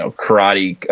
ah karate,